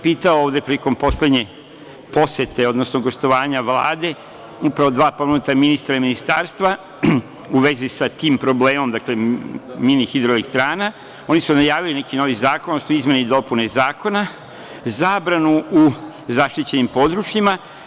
Pitao sam ovde prilikom poslednje posete, odnosno gostovanja Vlade, upravo dva pomenuta ministra i ministarstva u vezi sa tim problemom, mini hidroelektrana, i oni su najavili neki novi zakon, odnosno izmene i dopune zakona, zabranu u zaštićenim područjima.